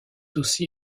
aussi